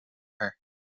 her